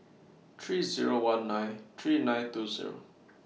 three Zero one nine three nine two Zero